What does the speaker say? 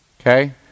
Okay